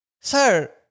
sir